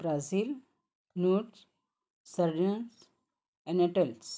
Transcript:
Brazil nuts सर्जन्स अँनटल्स